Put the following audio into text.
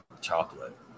chocolate